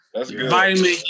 Vitamin